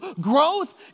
growth